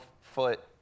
foot